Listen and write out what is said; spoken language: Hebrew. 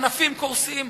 ענפים קורסים.